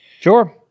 Sure